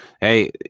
hey